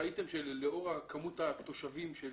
ראיתם שלאור מספר התושבים.